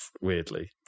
weirdly